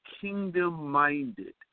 kingdom-minded